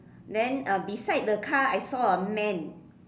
then uh beside the car I saw a man